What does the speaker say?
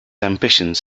ambitions